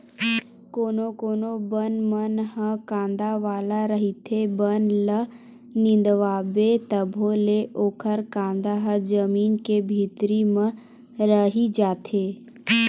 कोनो कोनो बन मन ह कांदा वाला रहिथे, बन ल निंदवाबे तभो ले ओखर कांदा ह जमीन के भीतरी म रहि जाथे